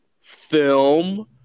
film